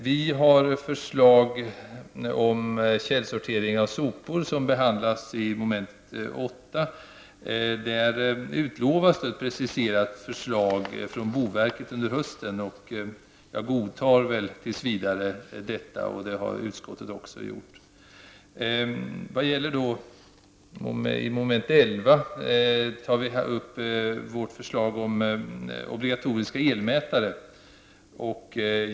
Vårt förslag om källsortering av sopor behandlas i mom. 8. Det utlovas ett preciserat förslag från boverket under hösten. Jag godtar tills vidare detta; det har utskottet också gjort. Mom. 11 gäller vårt förslag om obligatorisk elmätare.